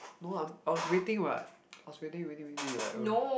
no I'm I was waiting what I was waiting waiting waiting you like ugh